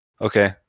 okay